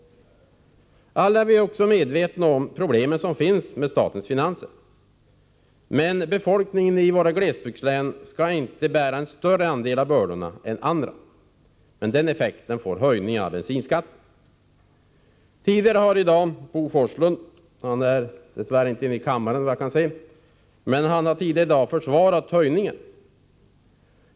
Alla är vi medvetna om problemen med statens finanser, men befolkningen i glesbygdslänen skall inte bära en större andel av bördorna än andra. Den effekten får dock höjningen av bensinskatten. Tidigare i dag har Bo Forslund — som dess värre inte är inne i kammaren just nu — försvarat höjningen.